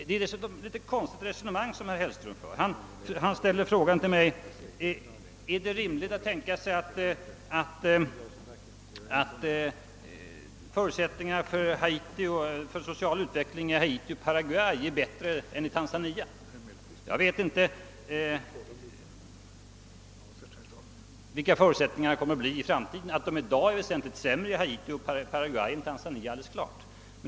Det är dessutom ett litet underligt resonemang herr Hellström för. Han frågar mig: Är det rimligt att tänka sig att förutsättningarna för en social utveckling i Haiti och Paraguay är bättre än i Tanzania? Jag vet inte vilka förutsättningarna kommer att bli i framtiden, men att de i dag är väsentligt sämre i Haiti och Paraguay än i Tanzania är alldeles klart.